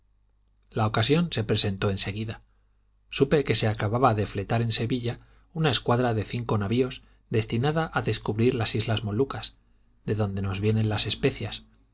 la ocasión se presentó en seguida supe que se acababa de fletar en sevilla una escuadra de cinco navios destinada a descubrir las islas molucas de donde nos vienen las especias